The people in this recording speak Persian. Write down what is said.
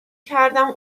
کردم